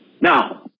Now